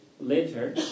later